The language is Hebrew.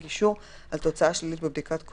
נורמטיבית,